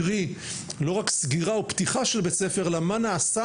קרי לא רק פתיחה או סגירה של בית ספר אלא מה נעשה